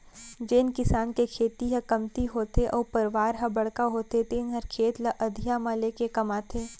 जेन किसान के खेती ह कमती होथे अउ परवार ह बड़का होथे तेने हर खेत ल अधिया म लेके कमाथे